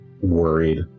worried